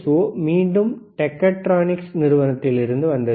ஓ மீண்டும் டெக்ட்ரோனிக்ஸ் நிறுவனத்திலிருந்து வந்தது